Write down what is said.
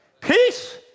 Peace